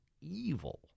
evil